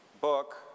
book